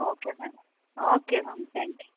okay okay okay ma'am thank you